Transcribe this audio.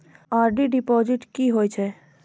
RD deposit की होय छै?